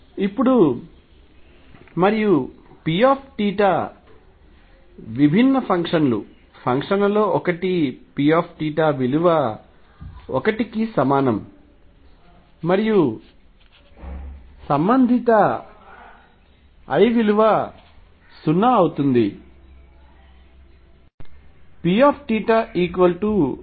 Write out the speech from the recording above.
ఇప్పుడు మరియు Pθ విభిన్న ఫంక్షన్లు ఫంక్షన్లలో ఒకటి P θ విలువ 1 కి సమానం మరియు సంబంధిత l విలువ 0 అవుతుంది P θ cos θ కు సమానం మరియు సంబంధిత l విలువ 1 కి సమానం